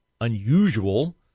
unusual